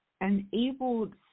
enabled